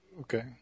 Okay